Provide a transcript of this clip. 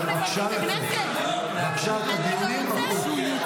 אתם מבזים את הכנסת.